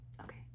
Okay